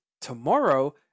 tomorrow